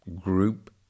group